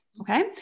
okay